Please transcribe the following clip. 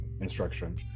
instruction